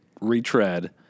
retread